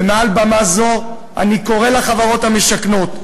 ומעל במה זו אני קורא לחברות המשכנות: